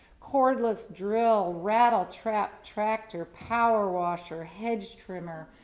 cordless drill, rattle trap tractor, power washer, hedge trimmer,